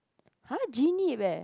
!huh! Jean-Yip eh